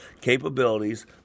capabilities